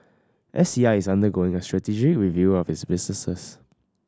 S C I is undergoing a strategic review of its businesses